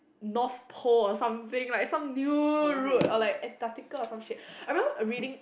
north pole or something like some new route or like Antarctica or some shit I remember reading